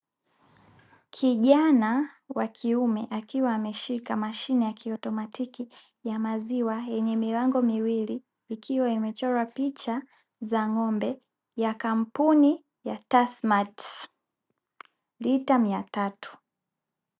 Kijana wa kiume, akiwa ameshika mashine ya kiotomatiki ya maziwa yenye milango miwili ikiwa imechorwa picha za ng'ombe ya kampuni ya "Tasmati" , lita mia tatu.